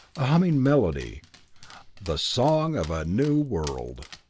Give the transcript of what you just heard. a humming melody the song of a new world.